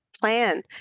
plan